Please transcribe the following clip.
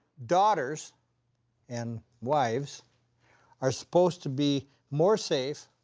daughters and wives are supposed to be more safe,